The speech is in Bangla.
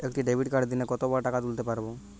একটি ডেবিটকার্ড দিনে কতবার টাকা তুলতে পারব?